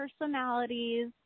personalities